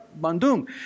Bandung